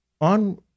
On